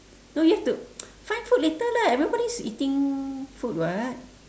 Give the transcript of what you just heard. no you have to find food later lah everybody's eating food [what]